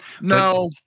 No